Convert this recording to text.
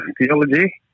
theology